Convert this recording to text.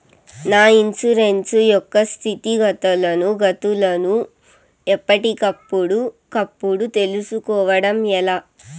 నా ఇన్సూరెన్సు యొక్క స్థితిగతులను గతులను ఎప్పటికప్పుడు కప్పుడు తెలుస్కోవడం ఎలా?